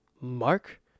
mark